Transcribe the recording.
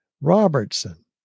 Robertson